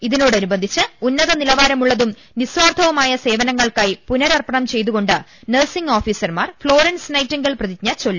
ഇതോടനുബന്ധിച്ച് ഉന്നതനിലവാരമുള്ളതും നിസ്വാർത്ഥ വുമായ സേവനങ്ങൾക്കായി പുനരർപ്പണം ചെയ്തുകൊണ്ട് നഴ്സിംഗ് ഓഫീസർമാർ ഫ്ളോറൻസ് നൈറ്റിംഗേൽ പ്രതിജ്ഞ ചൊല്ലും